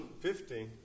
fifty